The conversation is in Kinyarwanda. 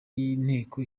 y’inteko